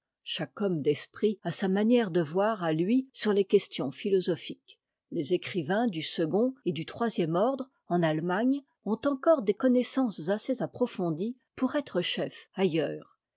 chaque homme d'esprit a sa manière de voir à lui sur les questions philosophiques les écrivains du second et du troisième ordre en allemagne ont encore des connaissances assez approfondies pour être chefs ailleurs